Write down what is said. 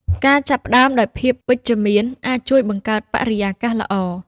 ការចាប់ផ្តើមដោយភាពវិជ្ជមានអាចជួយបង្កើតបរិយាកាសល្អ។